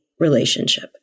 relationship